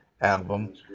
album